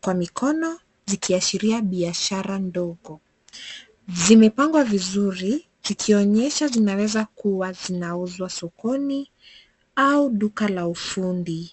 kwa mikono zikiashiria biashara ndogo, zimepangwa vizuri zikionyesha zinaweza kuwa zinauzwa sokoni au duka la ufundi.